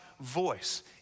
voice